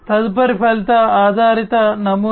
తదుపరిది ఫలిత ఆధారిత నమూనా